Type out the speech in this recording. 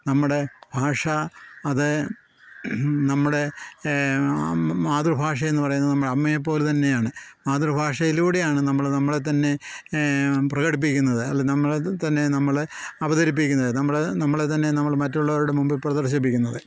നമ്മുടെ ഭാഷ അത് നമ്മുടെ മാതൃഭാഷയെന്ന് പറയുന്നത് നമ്മുടെ അമ്മയെ പോലെ തന്നെയാണ് മാതൃഭാഷയിലൂടെയാണ് നമ്മൾ നമ്മളെ തന്നെ പ്രകടിപ്പിക്കുന്നത് അല്ലെ നമ്മളെ തന്നെ നമ്മൾ അവതരിപ്പിക്കുന്നത് നമ്മൾ നമ്മളെ തന്നെ നമ്മൾ മറ്റുള്ളവരുടെ മുമ്പിൽ പ്രദർശിപ്പിക്കുന്നത്